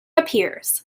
appears